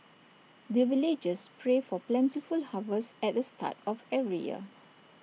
the villagers pray for plentiful harvest at the start of every year